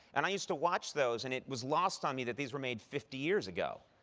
and i used to watch those, and it was lost on me that these were made fifty years ago.